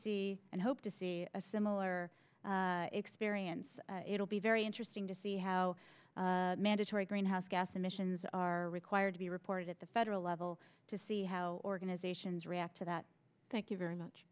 see and hope to see a similar experience it'll be very interesting to see how mandatory greenhouse gas emissions are required to be reported at the federal level to see how organizations react to that thank you very much